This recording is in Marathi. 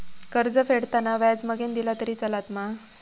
कर्ज फेडताना व्याज मगेन दिला तरी चलात मा?